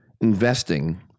investing